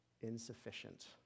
insufficient